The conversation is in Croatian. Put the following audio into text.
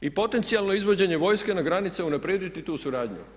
I potencijalno izvođenje vojske na granice unaprijediti tu suradnju?